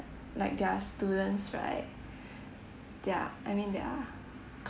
like they're students right ya I mean they are